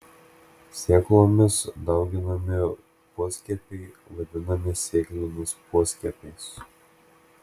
sėklomis dauginami poskiepiai vadinami sėkliniais poskiepiais